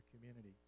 community